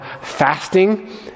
fasting